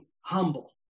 humble